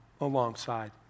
alongside